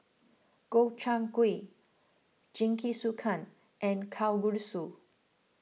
Gobchang Gui Jingisukan and Kalguksu